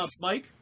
Mike